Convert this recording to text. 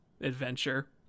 adventure